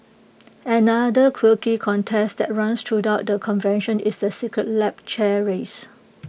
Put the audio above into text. another quirky contest that runs throughout the convention is the secret lab chair race